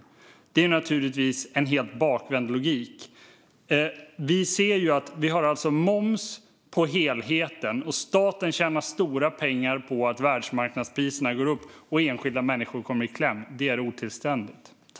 Det är naturligtvis en helt bakvänd logik. Vi har alltså moms på helheten. Staten tjänar stora pengar på att världsmarknadspriserna går upp, och enskilda människor kommer i kläm. Det är otillständigt.